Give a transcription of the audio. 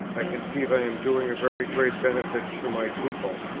i conceive i am doing a very great benefit to my people.